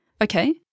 Okay